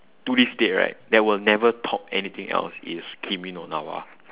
to this date right that will never top anything else is kimi no na wa